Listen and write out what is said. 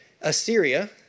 Assyria